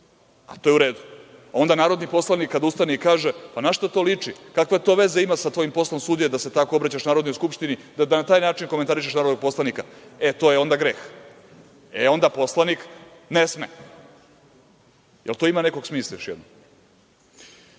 a to je u redu. Onda narodni poslanik kada ustane i kaže – na šta to liči, kakve to veze ima sa tvojim poslom sudije da se tako obraćaš Narodnoj skupštini, da na taj način komentarišeš narodnog poslanika, e to je onda greh, onda poslanik ne sme. Da li to ima nekog smisla? Taj